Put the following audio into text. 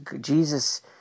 Jesus